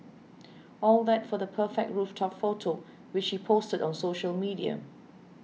all that for the perfect rooftop photo which he posted on social media